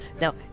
Now